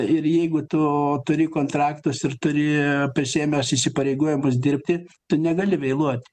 ir jeigu tu turi kontraktus ir turi prisiėmęs įsipareigojimus dirbti tu negali vėluot